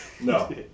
No